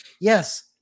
yes